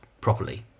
properly